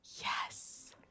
Yes